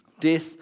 death